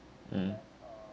mm